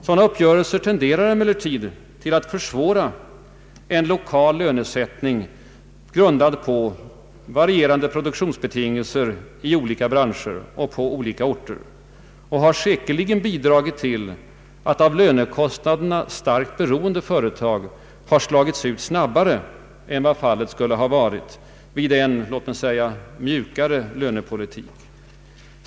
Sådana uppgörelser tenderar emellertid till att försvåra en lokal lönesättning grundad på varierande produktionsbetingelser i olika branscher och på olika orter och har säkerligen bidragit till att av lönekostnaderna starkt beroende företag slagits ut snabbare än vad fallet skulle ha va rit vid en låt mig säga mjukare lönepolitik.